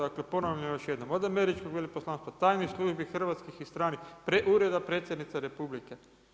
Dakle, ponavljam još jednom, od američkog veleposlanstva, tajnih službi hrvatskih i stranih, Ureda Predsjednice Republike.